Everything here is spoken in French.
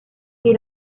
est